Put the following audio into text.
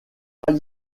pas